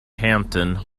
hampton